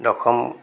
দশম